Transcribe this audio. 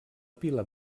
pila